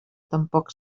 tampoc